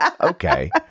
okay